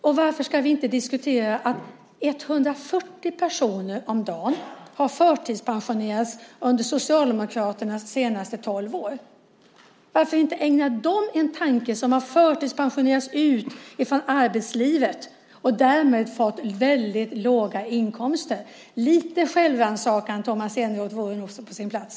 Varför ska vi inte diskutera att 140 personer dagligen har förtidspensionerats under Socialdemokraternas sista tolv år? Varför ska vi inte ägna en tanke åt dem som så att säga har förtidspensionerats ut från arbetslivet och som därmed har fått väldigt låga inkomster? Lite självrannsakan, Tomas Eneroth, vore nog på sin plats!